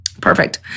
perfect